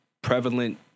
Prevalent